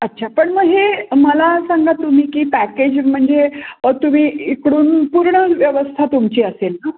अच्छा पण मग हे मला सांगा तुम्ही की पॅकेज म्हणजे तुम्ही इकडून पूर्ण व्यवस्था तुमची असेल ना